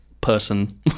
person